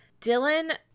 Dylan